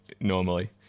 normally